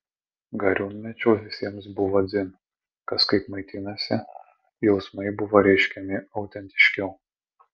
gariūnmečiu visiems buvo dzin kas kaip maitinasi jausmai buvo reiškiami autentiškiau